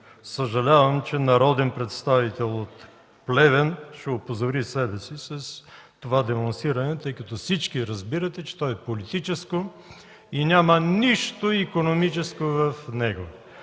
съжалявам, че народен представител от Плевен ще опозори себе си с това денонсиране, тъй като всички разбирате, че то е политическо и няма нищо икономическо в него.